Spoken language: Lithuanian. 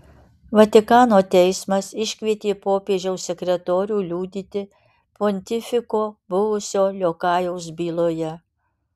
vatikano teismas iškvietė popiežiaus sekretorių liudyti pontifiko buvusio liokajaus byloje